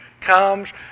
comes